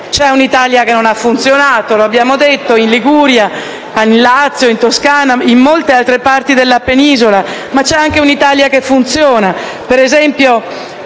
C'è un'Italia che non ha funzionato, in Liguria, nel Lazio, in Toscana e in molte altre parti della penisola, ma c'è anche un'Italia che funziona.